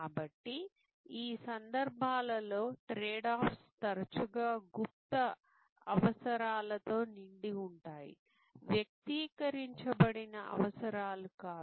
కాబట్టి ఈ సందర్భాలలో ట్రేడ్ ఆఫ్స్ తరచుగా గుప్త అవసరాలతో నిండి ఉంటాయి వ్యక్తీకరించబడిన అవసరాలు కాదు